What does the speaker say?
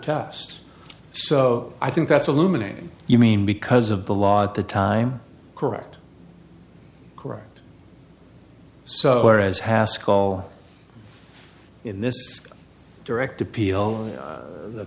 test so i think that's a looming you mean because of the law at the time correct correct so far as hass call in this direct appeal